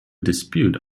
dispute